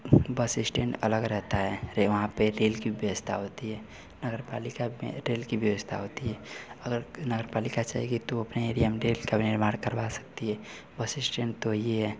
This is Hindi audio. बस इस्टैन्ड अलग रहता है रे वहाँ पर रेल की भी व्यवस्था होती है नगर पालिका में रेल की व्यवस्था होती है अगर नगर पालिका चाले गए तो वह अपने एरिया में रेल का भी निर्माण करवा सकती है बस इस्टैन्ड तो यह है